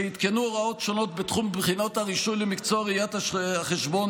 שעדכנו הוראות שונות בתחום בחינות הרישוי למקצוע ראיית החשבון,